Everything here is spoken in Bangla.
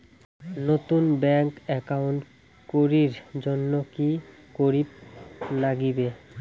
নতুন ব্যাংক একাউন্ট করির জন্যে কি করিব নাগিবে?